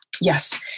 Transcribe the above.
Yes